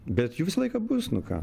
bet jų visą laiką bus nu ką